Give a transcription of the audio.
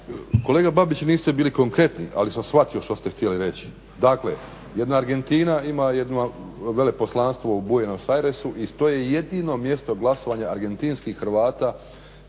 Kolega Babić, vi niste bili konkretni, ali sam shvatio što ste htjeli reći. Dakle, jedna Argentina ima jedno Veleposlanstvo u Buenos Airesu i to je jedino mjesto glasovanja argentinskih Hrvata,